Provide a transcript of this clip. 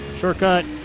Shortcut